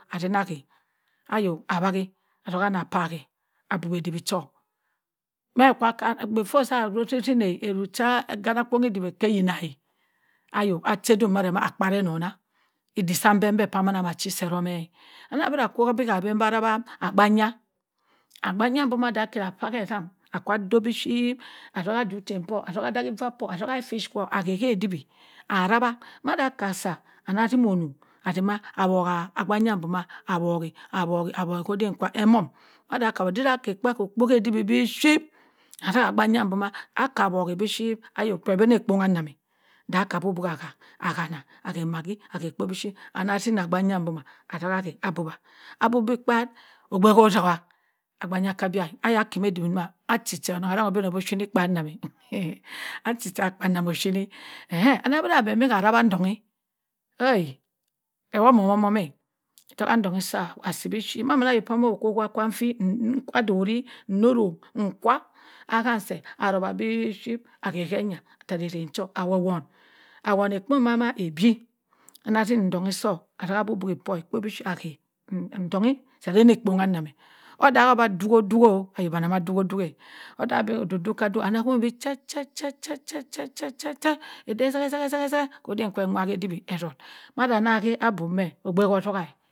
Atinaghe ayoh awaghe atogha ana poh ageh abuwe edibi cho meh kwa before kwa soh bne oshene eruk cha egena kwunhi edibo hih eyina ayok ache dwunk akpareh anona idik sah mbembe pamana achi seh eromeh anabora akwu abemba arawa agbanya agben ya, manda kera heh esang akwa ado beh shep atongha achen poh atagha adeghe eva poh atagha ice fish kwo ageh hih edibo arawa mada akasa ana timo onung awugha agbanya buma awoghe awoghe awoghe heh mem ada akaweha dena nah seh kwe koh okpuo de bibi ship atagha agbaya boma akang bibi shep ayok peh bane kpongha nem aka abubugha ageer agah anah ageh maggi ageh ekpo biship anatima agbanya bomma abuwa abuwi ikpat ogbe woh otogha agbanya aka abia akimeh edibi doma achi chee oneng arang moh obene abi osheni kpanem akpenem osheni agbanya kah abia ayok akemi edibi achi chee oneng arangi moh obene abi ashini kpanem eh ana wara benbi hah ara ndoh mmi weh homomomme ntogha nfohinsa achi bi ship ma amana ayok bama keh ohuwa nwa nfee kwadori nurong nkwa ahanse arawa abi ship ageh heyan he irek cho awoni ekpo bamma ebeh ana timi ntonghr soh ataghe abubube poh ekpi bi ship age ntonghi seh beh meh kpong nem eh odaho bah aduk odok oyok bane mah aduk odok-eh odagho beh duk duk kah dul ebi chet chet chet chet ede sehe sehe sehe oden kwe nwa hedibi etoh naba habube ogbe hoh otaha